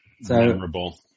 memorable